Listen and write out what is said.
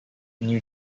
new